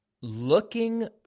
looking